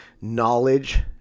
knowledge